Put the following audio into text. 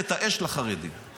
חברת הכנסת שרון ניר.